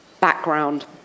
background